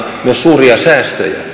myös suuria säästöjä